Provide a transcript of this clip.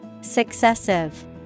Successive